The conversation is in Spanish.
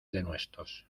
denuestos